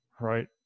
right